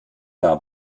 nahm